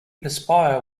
perspire